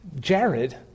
Jared